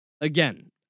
again